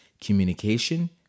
communication